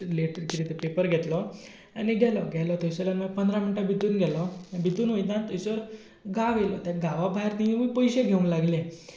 letter कितें तें paper घेतलो आनी गेलो गेलो थंयसरल्यान पंदरा मिनटां भितर गेलो आनी भितर वयतना थंयसर गांव येयलो त्या गांवा भायर थंयसर पयशे घेवपाक लागले